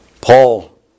Paul